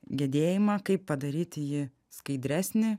gedėjimą kaip padaryti jį skaidresnį